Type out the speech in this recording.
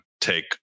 take